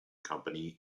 company